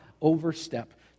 overstep